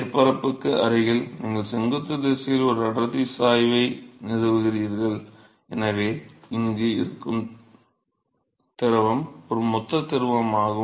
மேற்பரப்புக்கு அருகில் நீங்கள் செங்குத்து திசையில் ஒரு அடர்த்தி சாய்வை நிறுவுகிறீர்கள் எனவே இங்கு இருக்கும் திரவம் ஒரு மொத்த திரவமாகும்